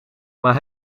maar